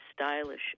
stylish